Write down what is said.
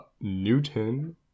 Newton